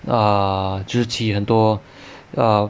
err 很多 err